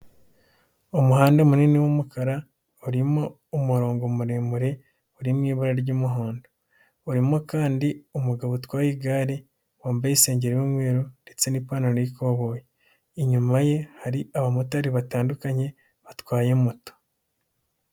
Umuhanda munini w'umukara urimo umurongo muremure uri muburara ry'umuhondo, urimo kandi umugabo utwaye igare wambaye isengeri ry'umweru, ndetse n'ipantaro y'ikoboyi. Inyuma ye hari abamotari batandukanye batwaye moto.